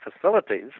facilities